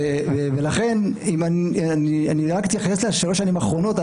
אני רק אתייחס לשלוש השנים האחרונות.